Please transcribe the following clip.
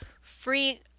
free